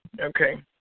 Okay